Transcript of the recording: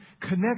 Connect